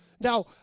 Now